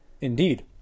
Indeed